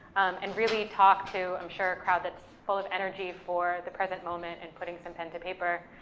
and really talk to, i'm sure, a crowd that's full of energy for the present moment, and putting some pen to paper.